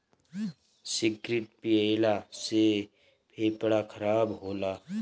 cigarette पियला से फेफड़ा खराब होला